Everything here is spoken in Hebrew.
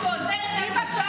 שעוזרת לנו,